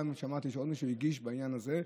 שמעתי שעוד מישהו הגיש בעניין הזה,